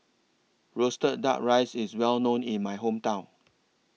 Roasted Duck Rice IS Well known in My Hometown